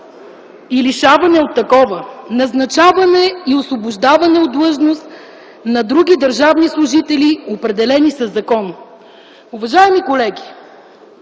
и лишаване от такова, назначаване и освобождаване от длъжност на други държавни служители, определени със закон. Уважаеми колеги,